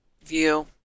view